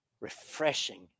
refreshing